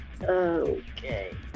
okay